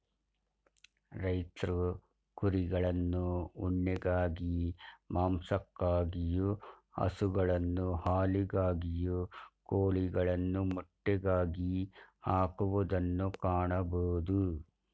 ರೈತ್ರು ಕುರಿಗಳನ್ನು ಉಣ್ಣೆಗಾಗಿ, ಮಾಂಸಕ್ಕಾಗಿಯು, ಹಸುಗಳನ್ನು ಹಾಲಿಗಾಗಿ, ಕೋಳಿಗಳನ್ನು ಮೊಟ್ಟೆಗಾಗಿ ಹಾಕುವುದನ್ನು ಕಾಣಬೋದು